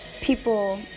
people